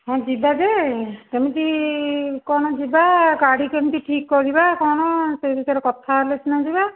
ହଁ ଯିବା ଯେ କେମିତି କ'ଣ ଯିବା ଗାଡ଼ି କେମିତି ଠିକ୍ କରିବା କ'ଣ ସେ ବିଷୟରେ କଥା ହେଲେ ସିନା ଯିବା